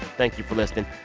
thank you for listening.